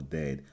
dead